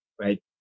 right